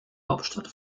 hauptstadt